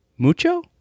Mucho